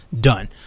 done